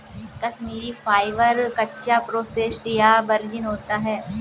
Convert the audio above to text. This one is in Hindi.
कश्मीरी फाइबर, कच्चा, प्रोसेस्ड या वर्जिन होता है